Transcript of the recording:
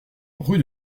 rue